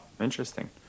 Interesting